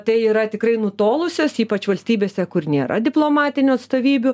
tai yra tikrai nutolusios ypač valstybėse kur nėra diplomatinių atstovybių